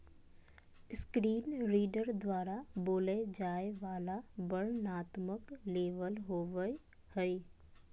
screen reader द्वारा बोलय जाय वला वर्णनात्मक लेबल होबो हइ